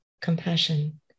compassion